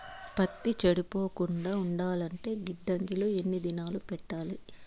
పత్తి చెడిపోకుండా ఉండాలంటే గిడ్డంగి లో ఎన్ని దినాలు పెట్టాలి?